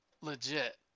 legit